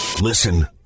Listen